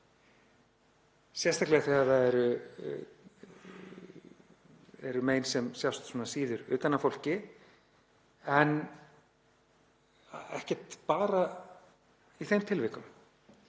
sérstaklega þegar það eru mein sem sjást síður utan á fólki, en ekkert bara í þeim tilvikum.